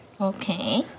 Okay